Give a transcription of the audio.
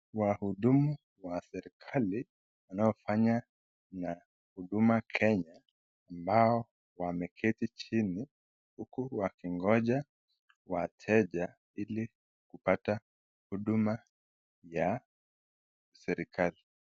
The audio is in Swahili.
Wahudumu wa serikali anaofanya na huduma Kenya ambao wameketi jini huku wakingoja wateja ili kupata huduma ya serikali.